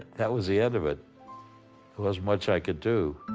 that was the end of it. it was much i could do.